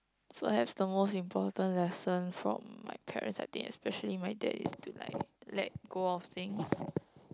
perhaps the most important lesson from my parents I think especially my dad is to like let go of things